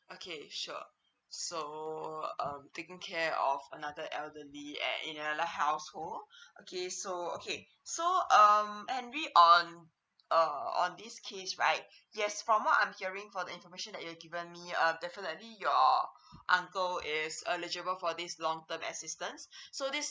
okay sure so um taking care of another elderly at another household okay so okay so um henry on uh on this case right yes from what I'm hearing for the information that you given me uh definitely your uncle is elegible for this long term assistance so this